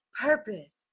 purpose